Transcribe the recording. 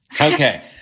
Okay